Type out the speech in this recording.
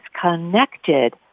connected